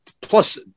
plus